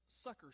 sucker